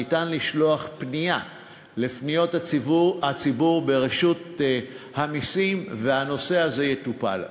ניתן לשלוח פנייה לפניות הציבור ברשות המסים והנושא הזה יטופל.